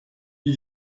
die